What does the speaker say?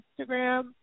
Instagram